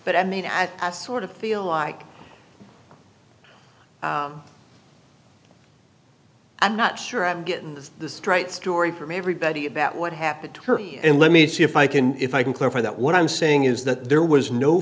but i mean at a sort of feel like i'm not sure i'm getting the the straight story from everybody about what happened to her and let me see if i can if i can clarify that what i'm saying is that there was no